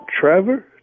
Trevor